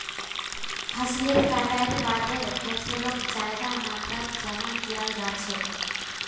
फसलेर कटाईर बादे फैसलक ज्यादा मात्रात जमा कियाल जा छे